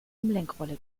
umlenkrolle